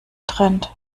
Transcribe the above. trend